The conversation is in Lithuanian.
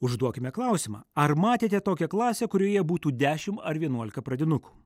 užduokime klausimą ar matėte tokią klasę kurioje būtų dešimt ar vienuolika pradinukų